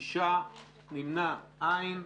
הצבעה בעד, 4 נגד, 6 לא אושרה.